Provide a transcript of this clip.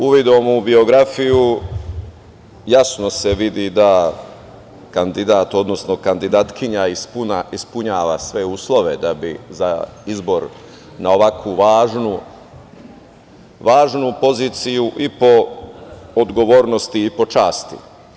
Uvidom u biografiju jasno se vidi da kandidat, odnosno kandidatkinja ispunjava sve uslove da bi za izbor na ovako važnu poziciju i po odgovornosti i po časti.